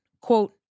quote